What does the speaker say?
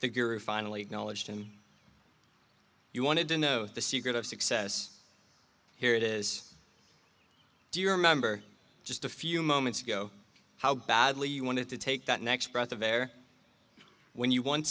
figure finally acknowledged and you wanted to know the secret of success here it is do you remember just a few moments ago how badly you wanted to take that next breath of air when you